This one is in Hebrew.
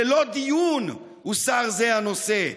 // ללא דיון הוסר זה הנושא,